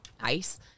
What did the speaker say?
ice